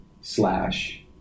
slash